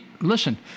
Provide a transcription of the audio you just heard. listen